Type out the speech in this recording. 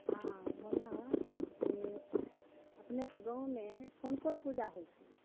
हँ बोललहुॅं कि अपनेके गाँवमे कोन कोन पूजा होइ छै